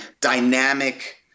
dynamic